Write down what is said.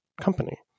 company